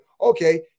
okay